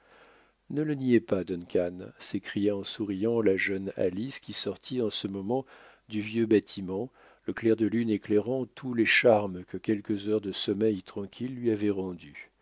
ne le niez pas duncan s'écria en souriant la jeune alice qui sortit en ce moment du vieux bâtiment le clair de lune éclairant tous les charmes que quelques heures de sommeil tranquille lui avaient rendus